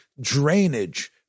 drainage